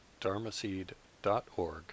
dharmaseed.org